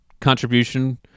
contribution